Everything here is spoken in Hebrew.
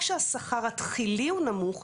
לא רק שהשכר התחילי הוא נמוך.